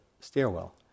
stairwell